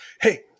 Hey